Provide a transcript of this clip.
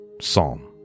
Psalm